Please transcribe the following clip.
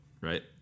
right